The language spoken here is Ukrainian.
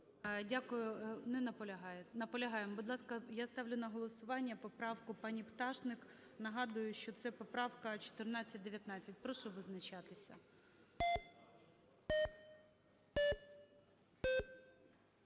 Наполягаємо. Будь ласка, я ставлю на голосування поправку пані Пташник. Нагадую, що це поправка 1419. Прошу визначатися.